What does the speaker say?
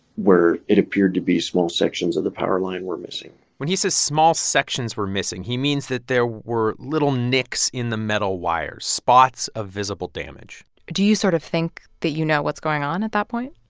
where it appeared to be small sections of the power line were missing when he says small sections were missing, he means that there were little nicks in the metal wires spots of visible damage do you sort of think that you know what's going on at that point?